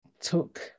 took